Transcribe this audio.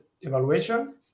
evaluation